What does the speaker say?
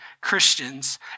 Christians